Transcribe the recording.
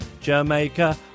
Jamaica